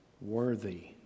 Worthy